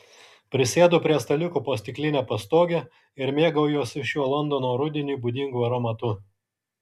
prisėdu prie staliuko po stikline pastoge ir mėgaujuosi šiuo londono rudeniui būdingu aromatu